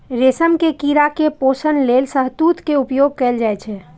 रेशम के कीड़ा के पोषण लेल शहतूत के उपयोग कैल जाइ छै